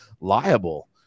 liable